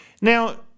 now